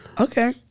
Okay